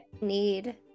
need